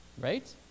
right